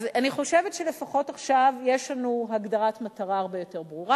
אז אני חושבת שלפחות עכשיו יש לנו הגדרת מטרה הרבה יותר ברורה.